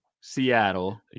Seattle